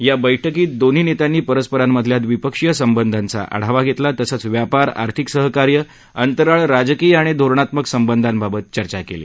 या बळ्कीत दोन्ही नेत्यांनी परस्परांमधल्या द्विपक्षीय संबंधांचा आढावा घेतला तसंच व्यापार आर्थिक सहकार्य अंतराळ राजकीय आणि धोरणात्मक संबंधांबाबत चर्चा केली